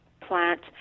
plant